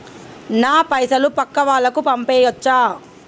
నా పైసలు పక్కా వాళ్ళకు పంపియాచ్చా?